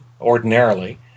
ordinarily